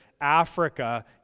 Africa